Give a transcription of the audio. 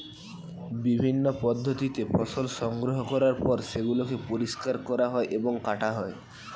বিভিন্ন পদ্ধতিতে ফসল সংগ্রহ করার পর সেগুলোকে পরিষ্কার করা হয় এবং কাটা হয়